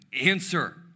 answer